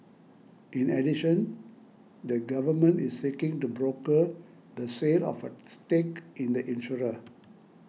in addition the government is seeking to broker the sale of a stake in the insurer